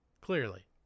clearly